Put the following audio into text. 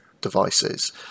devices